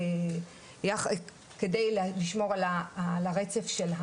כדי לשמור על הרצף.